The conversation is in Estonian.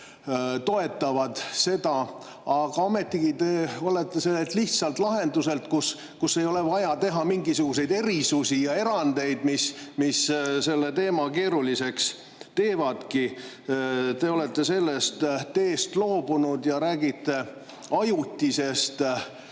toetavad seda. Aga ometigi te olete sellest lihtsast lahendusest, kus ei ole vaja teha mingisuguseid erisusi ja erandeid, mis selle teema keeruliseks teevadki, loobunud ja räägite ajutisest